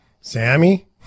Sammy